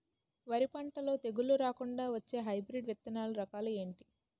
వరి పంటలో తెగుళ్లు రాకుండ వచ్చే హైబ్రిడ్ విత్తనాలు రకాలు ఏంటి?